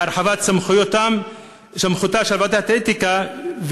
להרחבת סמכותה של ועדת האתיקה.